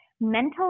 mental